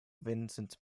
vincent